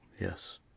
Yes